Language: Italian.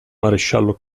maresciallo